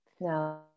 No